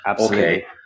okay